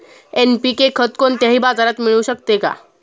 NPK खत कोणत्याही बाजारात मिळू शकते का?